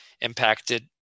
impacted